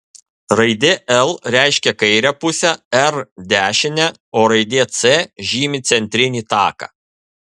raidė l reiškia kairę pusę r dešinę o raidė c žymi centrinį taką